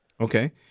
Okay